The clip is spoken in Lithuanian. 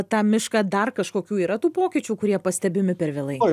tą mišką dar kažkokių yra tų pokyčių kurie pastebimi per vėlai